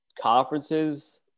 conferences